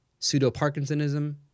pseudoparkinsonism